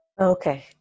Okay